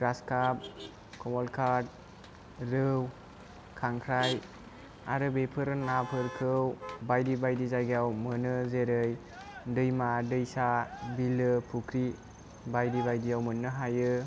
ग्रासकाप कमलकात रौ खांख्राय आरो बेफोरो ना फोरखौ बायदि बायदि जायगायाव मोनो जेरै दैमा दैसा बिलो फुख्रि बायदि बायदि आव मोननो हायो